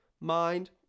Mind